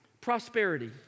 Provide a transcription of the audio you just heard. Prosperity